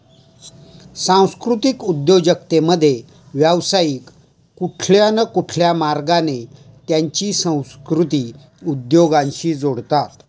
सांस्कृतिक उद्योजकतेमध्ये, व्यावसायिक कुठल्या न कुठल्या मार्गाने त्यांची संस्कृती उद्योगाशी जोडतात